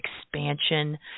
expansion